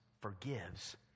forgives